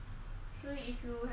!wah! then 我们可以穿那个汉服